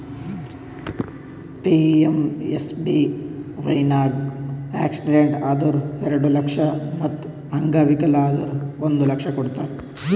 PMSBY ನಾಗ್ accident ಆದುರ್ ಎರಡು ಲಕ್ಷ ಮತ್ ಅಂಗವಿಕಲ ಆದುರ್ ಒಂದ್ ಲಕ್ಷ ಕೊಡ್ತಾರ್